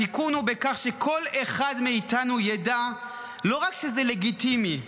התיקון הוא בכך שכל אחד מאיתנו ידע שזה לא רק לגיטימי,